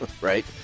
right